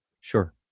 sure